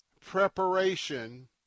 preparation